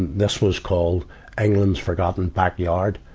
this was called england's forgotten backyard.